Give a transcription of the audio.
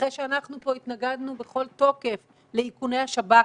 אחרי שאנחנו פה התנגדנו בכל תוקף לאיכוני השב"כ,